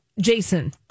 Jason